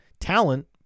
talent